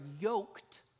yoked